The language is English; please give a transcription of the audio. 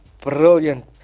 brilliant